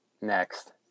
next